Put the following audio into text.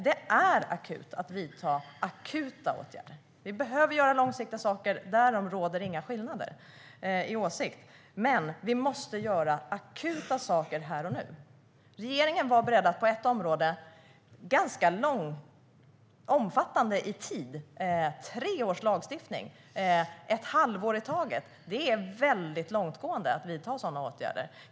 Det är nödvändigt att vidta akuta åtgärder. Att vi behöver göra långsiktiga saker är vi överens om, men vi måste göra akuta insatser här och nu. På ett område var regeringen beredd att införa en treårig lagstiftning med id-kontroller ett halvår i taget. Det är väldigt långtgående att vidta en sådan åtgärd.